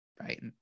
right